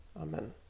Amen